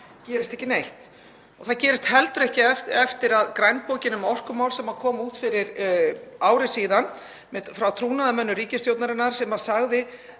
gerist ekki neitt. Það gerist heldur ekki eftir að í grænbókinni um orkumál sem kom út fyrir ári síðan, frá trúnaðarmönnum ríkisstjórnarinnar, sagði